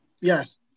Yes